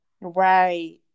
Right